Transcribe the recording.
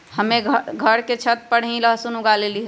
हम्मे घर के छत पर ही लहसुन उगा लेली हैं